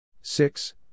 six